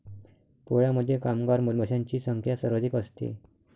पोळ्यामध्ये कामगार मधमाशांची संख्या सर्वाधिक असते